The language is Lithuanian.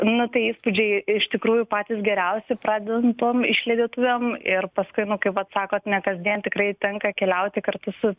nu tai įspūdžiai iš tikrųjų patys geriausi pradedant tom išlydėtuvėm ir paskui nu kaip vat sakot ne kasdien tikrai tenka keliauti kartu su